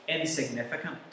insignificant